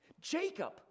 Jacob